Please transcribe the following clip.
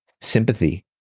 sympathy